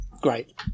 great